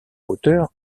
hauteur